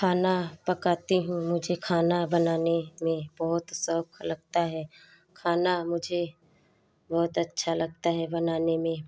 खाना पकाती हूँ मुझे खाना बनाने में बहुत शौक़ लगता है खाना मुझे बहुत अच्छा लगता है बनाने में